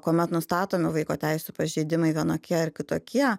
kuomet nustatomi vaiko teisių pažeidimai vienokie ar kitokie